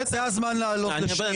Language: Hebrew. זה הזמן לעלות לשנייה,